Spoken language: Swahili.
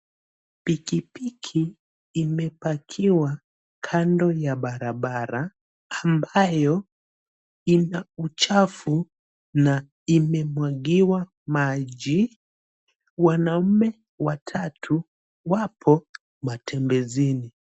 Pikipiki imepakiwa kando ya barabara ambayo ina uchafu na imemwagiwa maji. Wanaume watatu wapo matembezini.